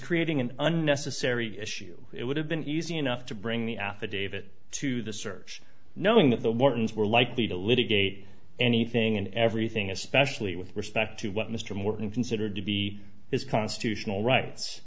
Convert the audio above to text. creating an unnecessary issue it would have been easy enough to bring the affidavit to the search knowing that the whartons were likely to litigate anything and everything especially with respect to what mr morton considered to be his constitutional rights